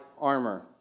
armor